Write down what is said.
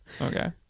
Okay